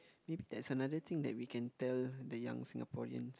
maybe that's another thing that we can tell the young Singaporeans